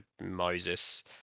Moses